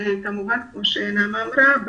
כמובן כפי שנעמה אמרה,